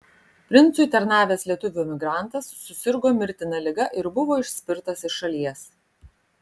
princui tarnavęs lietuvių emigrantas susirgo mirtina liga ir buvo išspirtas iš šalies